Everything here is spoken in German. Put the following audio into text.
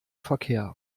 verkehr